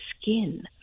skin